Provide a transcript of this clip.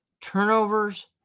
turnovers